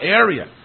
area